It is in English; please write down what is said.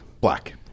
black